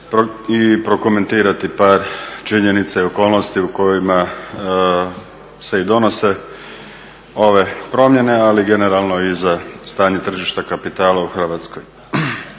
i prokomentirati par činjenica i okolnosti u kojima se i donose ove promjene ali generalno i za stanje tržišta kapitala u Hrvatskoj.